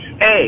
Hey